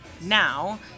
Now